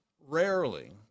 Rarely